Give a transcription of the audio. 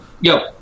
Yo